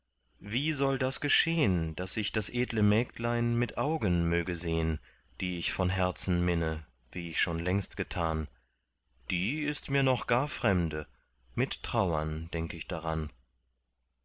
wie soll das geschehn daß ich das edle mägdlein mit augen möge sehn die ich von herzen minne wie ich schon längst getan die ist mir noch gar fremde mit trauern denk ich daran